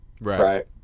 Right